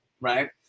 right